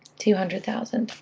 two hundred thousand.